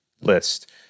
list